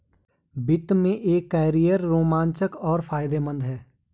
वित्त में एक कैरियर रोमांचक और फायदेमंद है